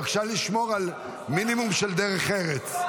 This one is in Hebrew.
בבקשה לשמור על מינימום של דרך ארץ.